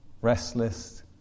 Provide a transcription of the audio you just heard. Restless